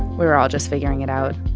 we were all just figuring it out.